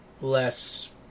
less